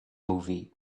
movie